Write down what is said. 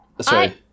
sorry